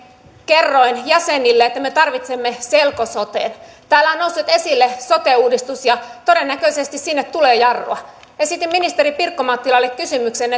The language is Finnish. kerroin jäsenille että me tarvitsemme selko soten täällä on noussut esille sote uudistus ja todennäköisesti sinne tulee jarrua esitin ministeri pirkko mattilalle kysymyksen